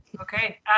Okay